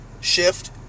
shift